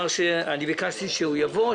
ביקשתי שהוא יבוא,